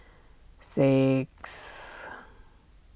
six